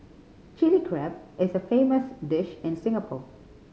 Chilli Crab is a famous dish in Singapore